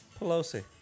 Pelosi